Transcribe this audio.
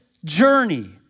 journey